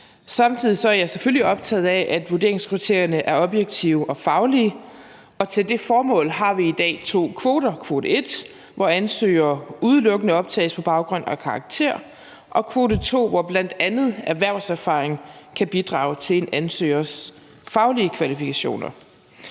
Samtidig er jeg selvfølgelig optaget af, at vurderingskriterierne er objektive og faglige, og til det formål har vi i dag to kvoter: kvote 1, hvor ansøgere udelukkende optages på baggrund af karakter, og kvote 2, hvor bl.a. erhvervserfaring kan bidrage til en ansøgers faglige kvalifikationer.